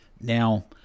Now